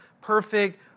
perfect